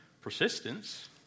persistence